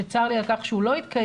שצר לי על כך שהוא לא התקיים,